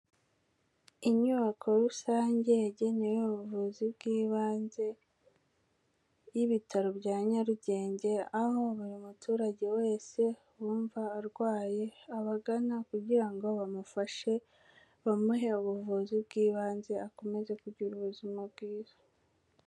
Inyubako rusange yagenewe ubuvuzi bw'ibanze y'ibitaro bya Nyarugenge, aho buri muturage wese wumva arwaye abagana, kugira ngo bamufashe bamuhe ubuvuzi bw'ibanze akomeze kugira ubuzima bwiza.